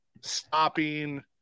stopping